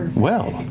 well,